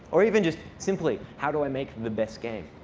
or even just simply, how do i make the best game?